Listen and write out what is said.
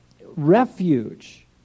refuge